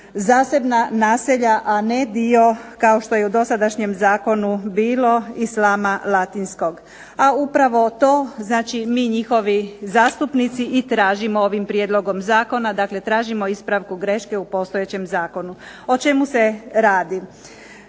zasebna naselja, a ne dio kao što je i u dosadašnjem zakonu bilo Islama Latinskog. A upravo to znači mi njihovi zastupnici i tražimo ovim prijedlogom zakona, dakle tražimo ispravku greške u postojećem zakonu. O čemu se radi?